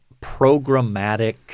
programmatic